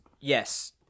Yes